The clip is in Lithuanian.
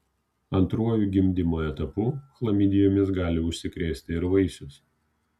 antruoju gimdymo etapu chlamidijomis gali užsikrėsti ir vaisius